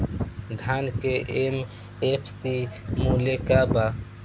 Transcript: धान के एम.एफ.सी मूल्य का बा?